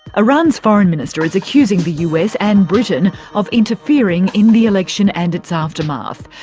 iran's foreign minister is accusing the us and britain of interfering in the election and its aftermath.